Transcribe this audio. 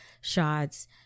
shots